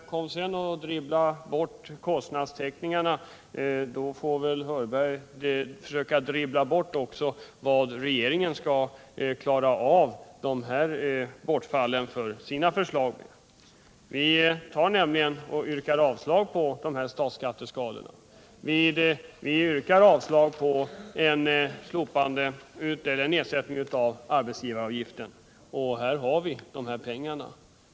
Om herr Hörberg vill dribbla bort våra kostnadstäckningar, får han också försöka dribbla bort hur regeringen skall klara av intäktsbortfallet genom sina förslag. Vi yrkar avslag på statsskatteskalorna och på en nedsättning av arbetsgivaravgiften. Där har vi pengarna.